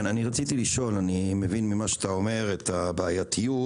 אני מבין את הבעייתיות ממה שאתה אומר,